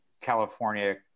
California